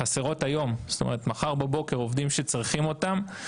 זאת אומרת מחר בבוקר עובדים שצריכים אותם.